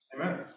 amen